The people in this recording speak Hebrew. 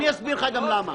אני אסביר לך למה.